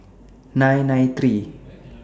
nine nine three